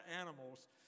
animals